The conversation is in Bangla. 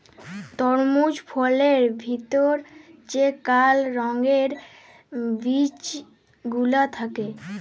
তরমুজ ফলের ভেতর যে কাল রঙের বিচি গুলা থাক্যে